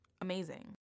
amazing